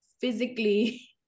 physically